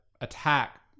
attack